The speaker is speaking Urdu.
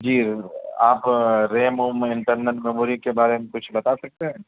جی آپ ریم اوم انٹرنل میموری کے بارے میں کچھ بتا سکتے ہیں